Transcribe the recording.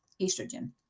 estrogen